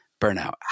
Burnout